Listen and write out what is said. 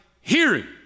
hearing